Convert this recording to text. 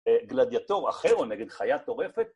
גלדיאטור אחר או נגיד חיה טורפת?